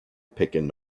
picking